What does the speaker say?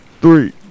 three